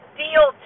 deal